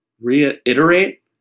reiterate